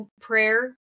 prayer